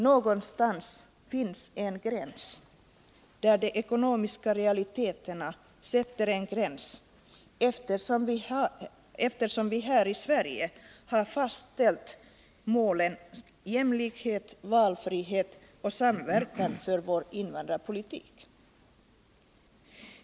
Någonstans sätter de ekonomiska realiteterna en gräns, eftersom vi här i Sverige har fastställt målen jämlikhet, valfrihet och samverkan för invandrarpolitiken.